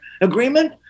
agreement